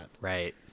right